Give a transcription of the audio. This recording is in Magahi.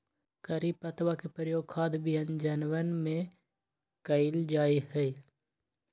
करी पत्तवा के प्रयोग खाद्य व्यंजनवन में कइल जाहई